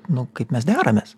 nu kaip mes deramės